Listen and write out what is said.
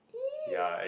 !ee!